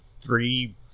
three